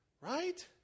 Right